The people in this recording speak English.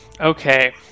Okay